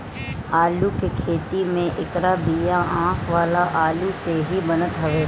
आलू के खेती में एकर बिया आँख वाला आलू से ही बनत हवे